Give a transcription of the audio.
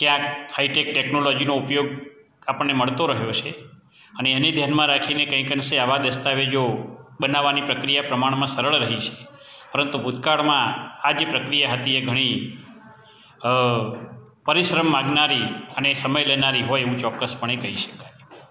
ક્યાંક ફાઈટેક ટેકનોલોજીનો ઉપયોગ આપણને મળતો રહ્યો છે અને એને ધ્યાનમાં રાખીને કંઈક અંશે આવા દસ્તાવેજો બનાવાની પ્રક્રિયા પ્રમાણમાં સરળ રહી છે પરંતુ ભૂતકાળમાં આ જે પ્રક્રિયા હતી એ ઘણી પરીશ્રમ માંગનારી અને સમય લેનારી હોય એવું ચોકસ પણે કહી શકાય